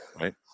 Right